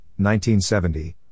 1970